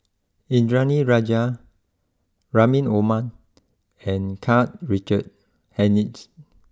Indranee Rajah Rahim Omar and Karl Richard Hanitsch